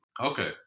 Okay